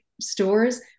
stores